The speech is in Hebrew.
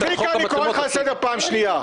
צביקה, אני קורא אותך לסדר פעם שנייה.